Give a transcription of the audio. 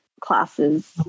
classes